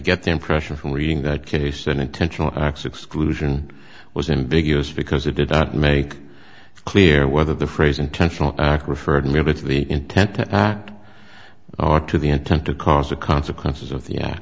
get the impression from reading that case an intentional acts exclusion was ambiguous because it did not make clear whether the phrase intentional act referred me to the intent to act ought to be intent to cause the consequences of